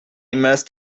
must